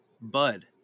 Bud